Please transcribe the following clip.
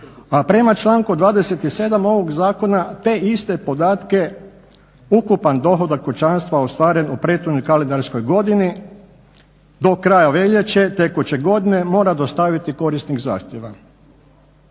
a prema članak 27. ovog zakona te iste podatke ukupan dohodak kućanstva ostvaren u prethodnoj kalendarskoj godini do kraja veljače tekuće godine mora dostaviti korisnik zahtjeva.